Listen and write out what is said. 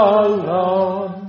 alone